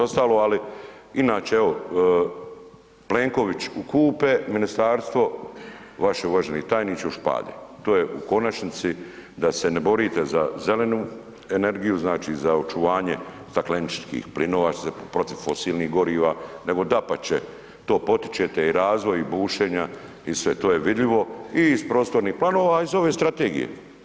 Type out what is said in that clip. Ostalo, inače evo Plenković u kupe, ministarstvo vaše uvaženi tajniče u špade, to je u konačnici da se ne borite za zelenu energiju, za očuvanje stakleničkih plinova, protiv fosilnih goriva, nego dapače, to potičete i razvoj i bušenja i sve, to je vidljivo i iz prostornih planova, a iz ove strategije.